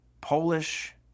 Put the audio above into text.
Polish